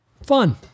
Fun